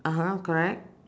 (uh huh) correct